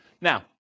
Now